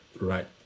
right